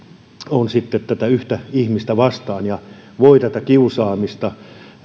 on yhtä ihmistä vastaan ja voi kiusaamista